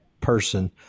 person